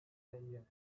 danger